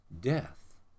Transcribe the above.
death